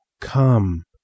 come